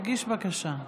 תגיש בקשה.